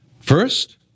First